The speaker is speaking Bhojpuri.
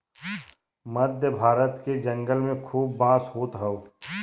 मध्य भारत के जंगल में खूब बांस होत हौ